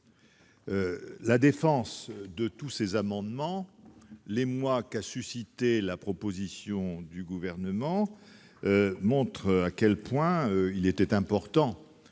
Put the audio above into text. La défense de tous ses amendements et l'émoi qu'a suscité la proposition du Gouvernement montrent à quel point il était important